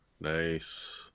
Nice